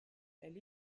elle